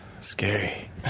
Scary